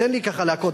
תן לי ככה להכות,